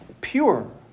pure